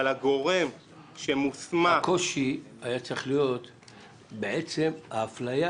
אבל הגורם שמוסמך --- הקושי היה צריך להיות בעצם האפליה,